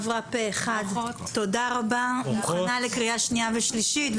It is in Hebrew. ההצבעה עברה פה-אחד ומוכנה לקריאה שנייה ושלישית.